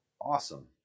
awesome